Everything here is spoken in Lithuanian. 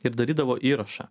ir darydavo įrašą